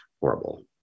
horrible